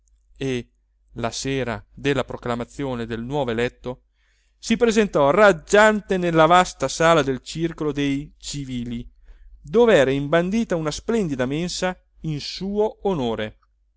e la sera della proclamazione del nuovo eletto si presentò raggiante nella vasta sala del circolo dei civilidove era imbandita una splendida mensa in suo onore